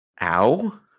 Ow